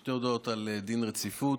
שתי הודעות על דין רציפות: